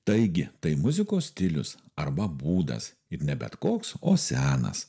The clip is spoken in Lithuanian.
taigi tai muzikos stilius arba būdas ir ne bet koks o senas